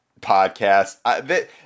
podcast